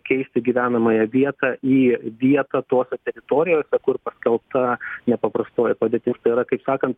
keisti gyvenamąją vietą į vietą tose teritorijose kur paskelbta nepaprastoji padėtis tai yra kaip sakant